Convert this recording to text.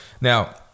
Now